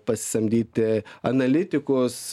pasisamdyti analitikus